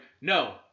no